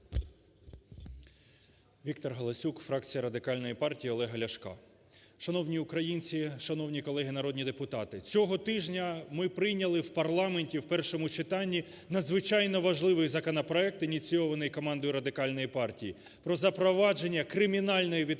Віктор Галасюк, фракція Радикальної партії Олега Ляшка. Шановні українці, шановні колеги народні депутати, цього тижня ми прийняли в парламенті в першому читанні надзвичайно важливий законопроект ініційований командою Радикальної партії про запровадження кримінальної відповідальності